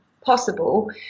possible